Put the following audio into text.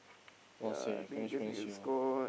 !wahseh! French French yo